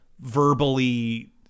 verbally